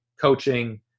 coaching